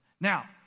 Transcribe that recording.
Now